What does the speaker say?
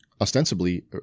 ostensibly